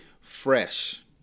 fresh